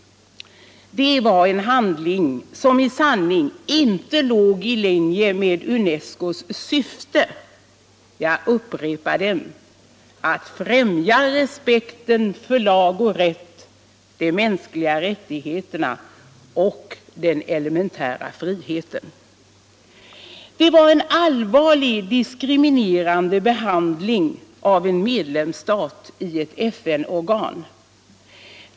Det var en handling som i sanning inte låg i linje med UNESCO:s syfte — jag upprepar: att främja respekten för lag och rätt, de mänskliga rättigheterna och den elementära friheten. Det var en allvarlig diskriminerande behandling av en medlemsstat i ett FN-organ.